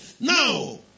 Now